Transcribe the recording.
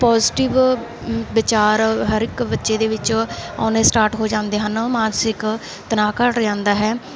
positive ਵਿਚਾਰ ਹਰ ਇੱਕ ਬੱਚੇ ਦੇ ਵਿੱਚ ਆਉਣੇ ਸਟਾਟ ਹੋ ਜਾਂਦੇ ਹਨ ਮਾਨਸਿਕ ਤਣਾਅ ਘੱਟ ਜਾਂਦਾ ਹੈ